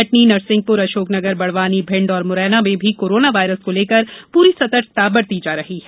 कटनी नरसिंहपुर अशोकनगर बड़वानी भिण्ड और मुरैना में भी कोरोना वायरस को लेकर पूरी सतर्कता बरती जा रही है